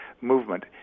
movement